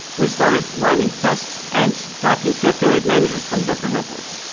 we started running tests and talking to affiliate managers from different networks.